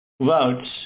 votes